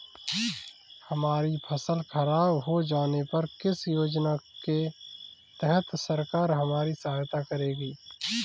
हमारी फसल खराब हो जाने पर किस योजना के तहत सरकार हमारी सहायता करेगी?